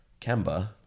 Kemba